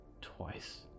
twice